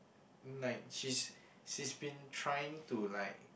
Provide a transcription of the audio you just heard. like she's she's been trying to like